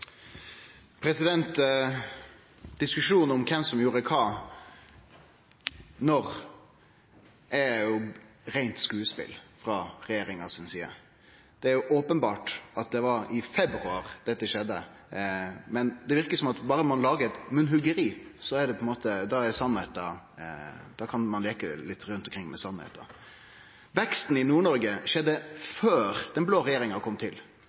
oppfølgingsspørsmål. Diskusjonen om kven som gjorde kva når, er reint skodespel frå regjeringa si side. Det er jo openbert at det var i februar at dette skjedde. Det verkar som om at viss ein berre lagar eit munnhoggeri, kan ein leike litt med sanninga. Veksten i Nord-Noreg skjedde før den blå regjeringa